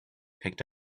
picked